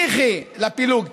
הניחי לפילוג.